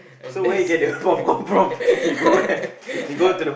and that's it